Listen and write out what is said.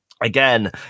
again